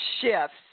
shifts